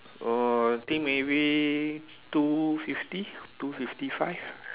err think maybe two fifty two fifty five